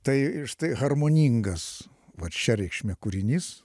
tai štai harmoningas vat šia reikšme kūrinys